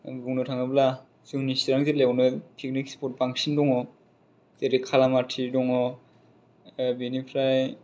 बुंनो थाङोब्ला जोंनि सिरां जिल्लायावनो पिकनिक स्पट बांसिन दङ जेरै खालामाटि दङ बिनिफ्राय